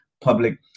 public